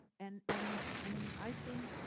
and and and i think,